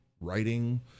writing